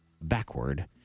backward